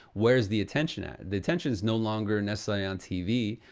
where's the attention at? the attention is no longer necessary on tv,